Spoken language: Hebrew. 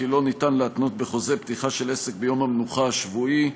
לא ניתן להתנות בחוזה פתיחה של עסק ביום המנוחה השבועי.